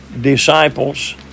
disciples